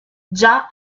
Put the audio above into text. già